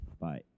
Bye